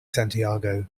santiago